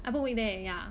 I book weekday ya